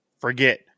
forget